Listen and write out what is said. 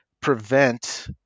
prevent